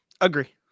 Agree